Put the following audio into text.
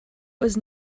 was